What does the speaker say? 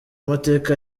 mateka